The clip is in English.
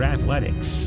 Athletics